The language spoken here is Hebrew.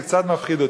זה קצת מפחיד אותי.